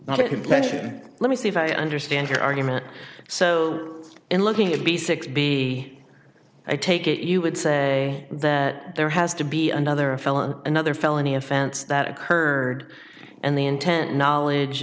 not implication let me see if i understand your argument so in looking at least six b i take it you would say that there has to be another felony another felony offense that occurred and the intent knowledge